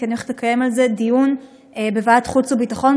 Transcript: כי אני הולכת לקיים על זה דיון בוועדת החוץ והביטחון,